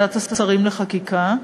ועדת השרים לחקיקה,